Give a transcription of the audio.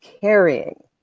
carrying